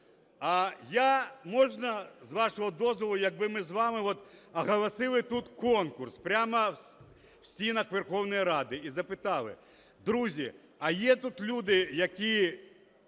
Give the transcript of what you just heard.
А я, можна, з вашого дозволу, якби ми з вами от оголосили тут конкурс, прямо в стінах Верховної Ради. І запитали: друзі, а є тут люди, які